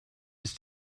ist